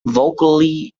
vocally